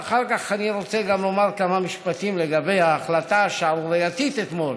ואחר כך אני רוצה גם לומר כמה משפטים לגבי ההחלטה השערורייתית אתמול,